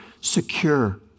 Secure